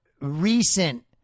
recent